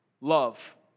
love